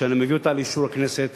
שאני מביא אותה לאישור הכנסת,